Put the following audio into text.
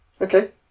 Okay